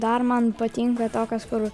dar man patinka tokios kur